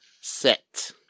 set